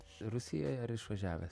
rusijoj ar išvažiavęs